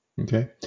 okay